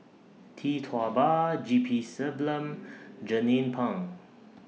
Tee Tua Ba G P Selvam Jernnine Pang